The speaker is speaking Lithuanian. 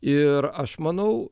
ir aš manau